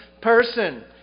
person